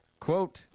Quote